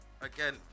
again